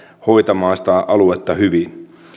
hoitamaan sitä aluetta hyvin